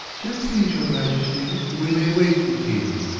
so please your majesty that we may wake the king?